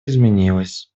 изменилось